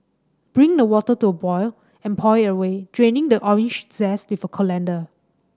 bring the water to a boil and pour it away draining the orange zest with a colander